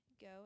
Go